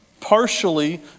partially